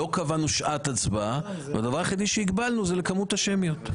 לא קבענו שעת הצבעה והדבר היחידי שהגבלנו הוא לכמות השמיות.